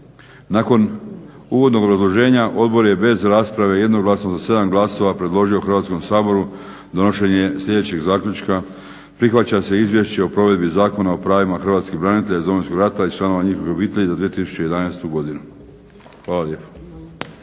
Nakon uvodnog obrazloženja Odbor je bez rasprave jednoglasno, sa 7 glasova, predložio Hrvatskom saboru donošenje sljedećeg zaključka: "Prihvaća se Izvješće o provedbi Zakona o pravima hrvatskih branitelja iz Domovinskog rata i članova njihovih obitelji za 2011. godinu." Hvala lijepo.